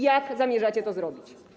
Jak zamierzacie to zrobić?